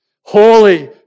holy